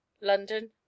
London